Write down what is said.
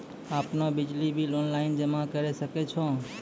आपनौ बिजली bill online जमा करै सकै छौ?